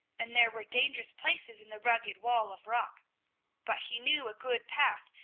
and there were dangerous places in the rugged wall of rock but he knew a good path,